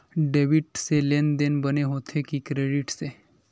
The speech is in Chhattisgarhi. डेबिट से लेनदेन बने होथे कि क्रेडिट से?